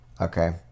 Okay